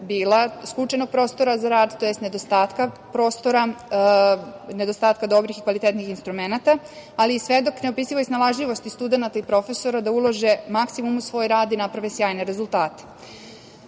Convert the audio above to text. bila skučenog prostora za rad, tj. nedostatka prostora, nedostatka dobrih i kvalitetnih instrumenata, ali i svedok neopisivoj snalažljivosti studenata i profesora da ulože maksimum u svoj rad i naprave sjajne rezultate. Nova